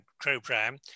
program